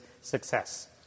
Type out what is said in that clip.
success